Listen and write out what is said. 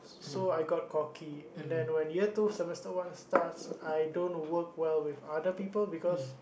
so I got cocky and then when year two semester one starts I don't work well with other people because